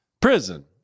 prison